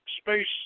space